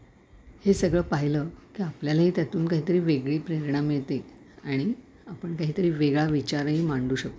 हे सगळं पाहिलं की आपल्यालाही त्यातून काहीतरी वेगळी प्रेरणा मिळते आणि आपण काहीतरी वेगळा विचारही मांडू शकतो